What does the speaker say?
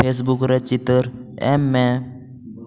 Facebook ᱨᱮ ᱪᱤᱛᱟᱹᱨ ᱮᱢ ᱢᱮ